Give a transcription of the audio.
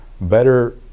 better